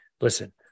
Listen